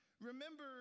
Remember